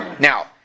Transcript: Now